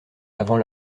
avant